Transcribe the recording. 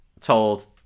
told